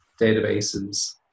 databases